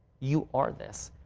you are this.